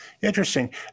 Interesting